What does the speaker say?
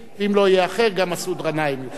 אם לא יאחר, גם מסעוד גנאים יוכל.